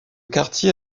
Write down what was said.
quartier